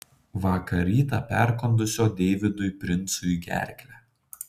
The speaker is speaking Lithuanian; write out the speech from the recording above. vakar rytą perkandusio deividui princui gerklę